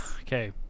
Okay